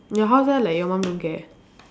your house leh like your mum don't care